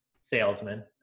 salesman